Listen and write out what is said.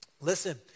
Listen